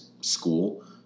school